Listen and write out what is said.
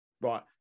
Right